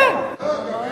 למה לא?